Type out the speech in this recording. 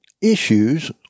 issues